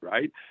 Right